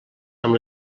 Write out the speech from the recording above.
amb